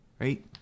right